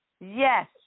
Yes